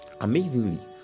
Amazingly